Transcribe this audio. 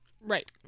Right